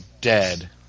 dead